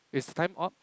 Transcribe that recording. it's time up